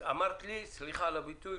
סליחה על הביטוי,